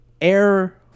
Air